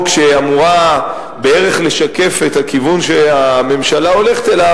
שאמורה לשקף בערך את הכיוון שהממשלה הולכת אליו,